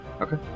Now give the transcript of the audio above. okay